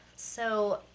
so,